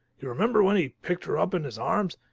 you remember when he picked her up in his arms?